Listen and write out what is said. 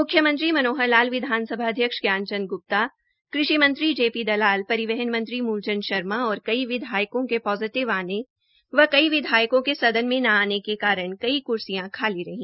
मुख्यमंत्री मनोहर लाल विधानसभा अध्यक्ष ज्ञान चंद ग्प्ता कृषि मंत्री जे पी दलाल परिवहन मंत्री मूल चंद शर्मा और कई विधायकों के पोजिटिव आने व कई विधायकों के सदन मे न आने के कारण कई क्र्सियां खाली रही